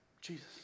Jesus